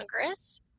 Congress